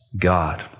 God